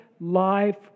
life